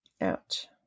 Ouch